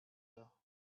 well